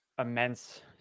immense –